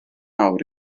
mawr